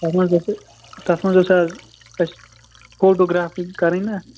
تَتھ منٛز اوس یہِ تَتھ منٛز اوس اَز اَسہِ فوٹوٗگرٛافی کَرٕنۍ نا